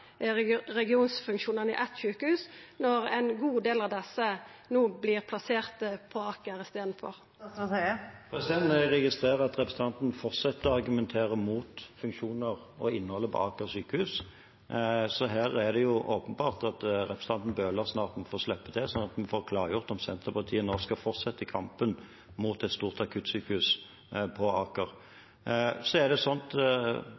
i eitt sjukehus når ein god del av desse no vert plasserte på Aker i staden. Jeg registrerer at representanten fortsetter å argumentere mot funksjoner og innholdet på Aker sykehus. Så her er det åpenbart at representanten Bøhler snart må få slippe til, sånn at en får klargjort om Senterpartiet nå skal fortsette kampen mot et stort akuttsykehus på Aker. Så er det